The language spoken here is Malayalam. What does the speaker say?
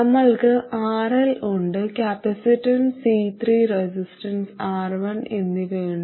നമ്മൾക്ക് RL ഉണ്ട് കപ്പാസിറ്റൻസ് C3 റെസിസ്റ്റൻസ് R1 എന്നിവയുണ്ട്